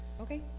Okay